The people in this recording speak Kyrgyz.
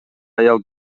аял